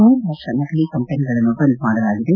ಮೂರು ಲಕ್ಷ ನಕಲಿ ಕಂಪನಿಗಳನ್ನು ಬಂದ್ ಮಾಡಲಾಗಿದೆ